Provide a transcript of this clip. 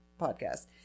podcast